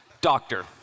Doctor